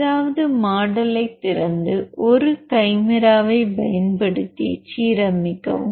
ஏழாவது மாடலை திறந்து ஒரு கைமேராவைப் பயன்படுத்தி சீரமைக்கவும்